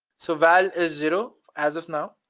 so, val is zero, as of now,